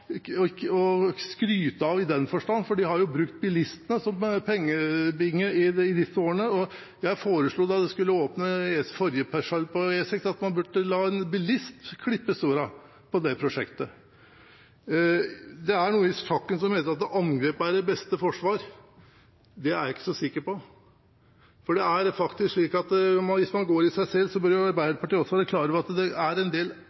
brukt bilistene som pengebinge de siste årene. Jeg foreslo da man skulle åpne forrige parsell på E6, at man burde la en bilist klippe snoren på det prosjektet. Det er noe i sjakken som heter at angrep er det beste forsvar. Det er jeg ikke så sikker på, for hvis Arbeiderpartiet gikk i seg selv, burde de være klar over at det er en del arv etter deres regime, som vi også har snakket om i